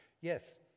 Yes